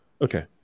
Okay